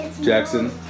Jackson